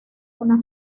una